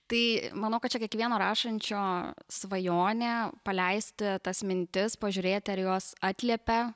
tai manau kad čia kiekvieno rašančio svajonė paleisti tas mintis pažiūrėti ar jos atliepia